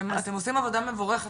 אתם עושים עבודה מבורכת,